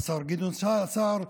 השר גדעון סער,